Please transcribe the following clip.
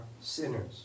sinners